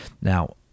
Now